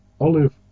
olive